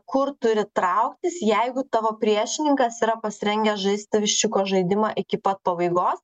kur turi trauktis jeigu tavo priešininkas yra pasirengęs žaisti viščiuko žaidimą iki pat pabaigos